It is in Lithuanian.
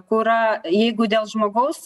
kurą jeigu dėl žmogaus